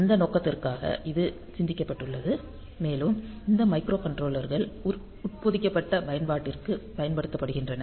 அந்த நோக்கத்திற்காக இது சிந்திக்கப்பட்டுள்ளது மேலும் இந்த மைக்ரோகண்ட்ரோலர்கள் உட்பொதிக்கப்பட்ட பயன்பாட்டிற்கு பயன்படுத்தப்படுகின்றன